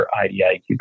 IDIQ